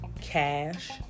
cash